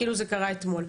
כאילו זה קרה אתמול,